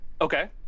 Okay